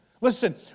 Listen